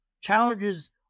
Challenges